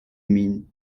mean